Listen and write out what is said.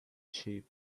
sheep